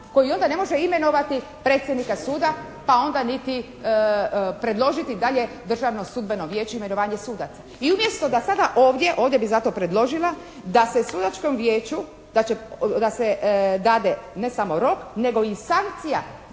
koji onda ne može imenovati predsjednika suda, pa onda niti predložiti dalje Državnom sudbenom vijeću imenovanje sudaca. I umjesto da sada ovdje, ovdje bih zato predložila da se Sudačkom vijeću da se dade ne samo rok nego i sankcija